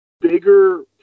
bigger